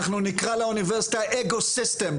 אנחנו נקרא לאוניברסיטה אגו סיסטם,